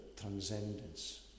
transcendence